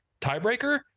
tiebreaker